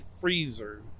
freezer